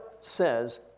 says